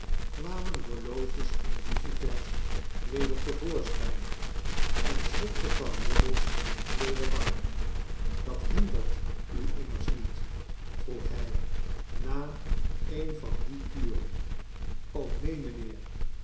kwamen horloge en lucifers weder te voorschijn en schrikte vrouw nubbles weder wakker dat hindert u immers niet vroeg hij na een van die kuren neen